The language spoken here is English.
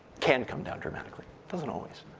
can come down dramatically, doesn't always.